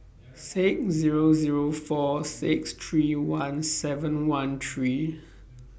six Zero Zero four six three one seven one three